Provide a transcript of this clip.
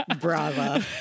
Bravo